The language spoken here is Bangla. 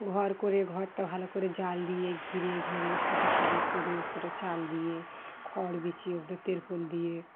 ঘর করে ঘরটা ভালো করে জাল দিয়ে ঘিরে টিরে সোজাসাাজি করে ওপরে চাল দিয়ে খড় বিছিয়ে ওপরে তেরপল দিয়ে